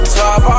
top